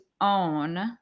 own